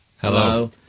Hello